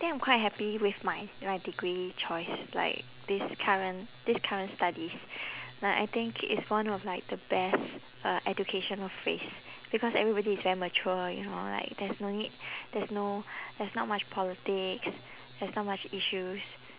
think I'm quite happy with my my degree choice like this current this current studies like I think it's one of like the best uh educational phase because everybody is very mature you know like there's no need there's no there's not much politics there's not much issues